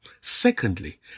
Secondly